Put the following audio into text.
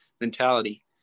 mentality